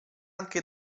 anche